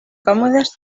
còmodes